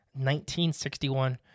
1961